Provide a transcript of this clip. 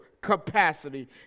capacity